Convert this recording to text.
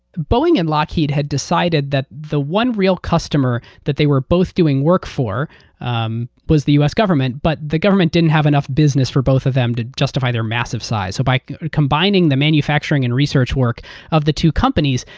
boeing and lockheed had decided that the one real customer that they were both doing work for um was the us government but the government didn't have enough business for both of them to justify their massive size. so by combining the manufacturing and research work of the two companies,